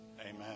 Amen